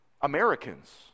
Americans